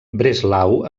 breslau